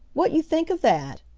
what you think of that?